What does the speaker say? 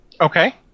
Okay